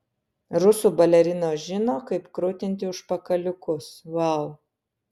rusų balerinos žino kaip krutinti užpakaliukus vau